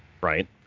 right